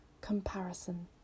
Comparison